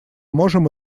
можем